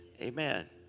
Amen